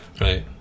right